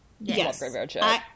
Yes